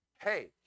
Hey